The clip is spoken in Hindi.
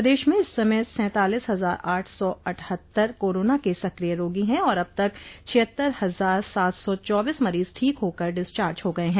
प्रदेश में इस समय सैंतालीस हजार आठ सौ अठहत्तर कोरोना के सक्रिय रोगी हैं और अब तक छिहत्तर हजार सात सो चौबीस मरीज ठीक होकर डिस्चार्ज हो गये है